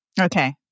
Okay